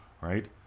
right